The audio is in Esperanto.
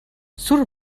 sur